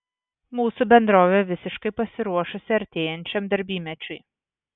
mūsų bendrovė visiškai pasiruošusi artėjančiam darbymečiui